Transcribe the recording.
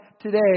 today